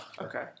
Okay